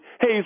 hey